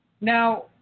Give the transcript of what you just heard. Now